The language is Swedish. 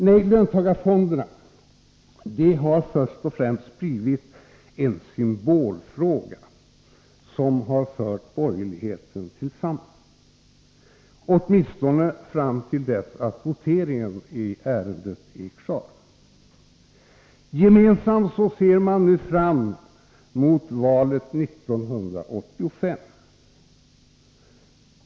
Nej, löntagarfonderna har först och främst blivit en symbolfråga, som har fört borgerligheten samman, åtminstone fram till dess att voteringen i ärendet är klar. Gemensamt ser man nu fram emot valet 1985.